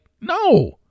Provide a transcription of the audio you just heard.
No